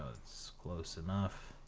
it's close enough.